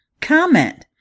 comment